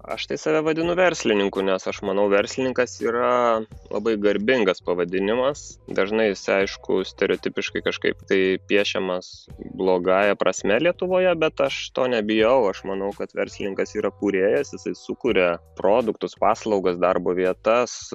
aš tai save vadinu verslininku nes aš manau verslininkas yra labai garbingas pavadinimas dažnai aišku stereotipiškai kažkaip tai piešiamas blogąja prasme lietuvoje bet aš to nebijau aš manau kad verslininkas yra kūrėjas jisai sukuria produktus paslaugas darbo vietas